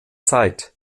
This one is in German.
zeit